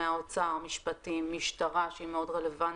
מהאוצר, משפטים, משטרה שהיא מאוד רלוונטית,